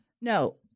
No